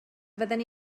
fydden